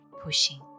pushing